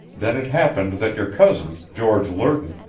then it happened that your cousin, george lerton,